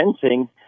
fencing